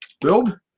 build